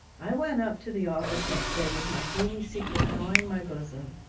i went up to the office next day with my gloomy secret gnawing my bosom,